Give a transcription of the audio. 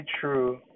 true